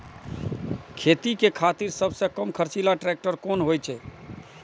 खेती के खातिर सबसे कम खर्चीला ट्रेक्टर कोन होई छै?